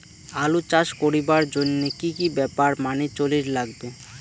আলু চাষ করিবার জইন্যে কি কি ব্যাপার মানি চলির লাগবে?